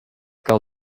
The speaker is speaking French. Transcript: quart